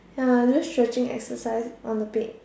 ya I'm just stretching exercise on the bed